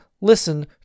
listen